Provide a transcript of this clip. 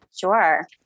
Sure